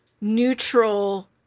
neutral